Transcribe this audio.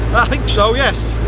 i think so yes.